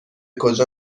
کجا